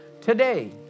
Today